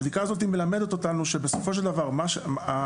הבדיקה הזאת מלמדת אותנו שבסופו של דבר ב-counterproductive,